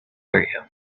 are